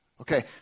Okay